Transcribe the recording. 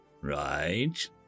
Right